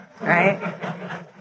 Right